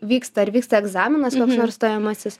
vyksta ar vyksta egzaminas koks nors stojamasis